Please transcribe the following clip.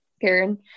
Karen